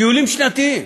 טיולים שנתיים,